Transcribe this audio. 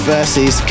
Versus